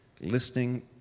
listening